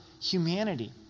humanity